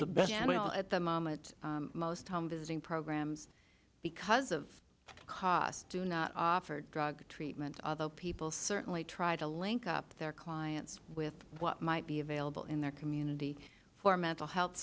well at the moment most come visiting programs because of cost do not offer drug treatment other people certainly try to link up their clients with what might be available in their community for mental health